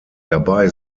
dabei